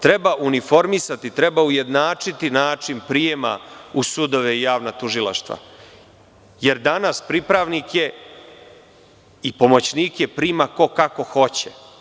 Treba uniformisati, treba ujednačiti način prijema u sudove i javna tužilaštva, jer danas pripravnike i pomoćnike prima ko kako hoće.